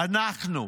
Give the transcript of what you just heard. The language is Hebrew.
אנחנו,